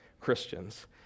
Christians